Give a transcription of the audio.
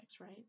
right